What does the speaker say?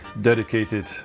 dedicated